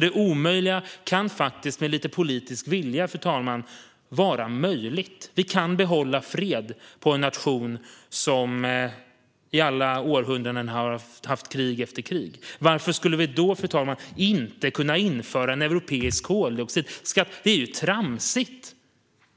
Det omöjliga kan faktiskt med lite politisk vilja, fru talman, vara möjligt. Vi kan behålla fred i nationer som i alla århundranden har haft krig efter krig. Fru talman! Varför skulle vi då inte kunna införa en europeisk koldioxidskatt? Det är tramsigt.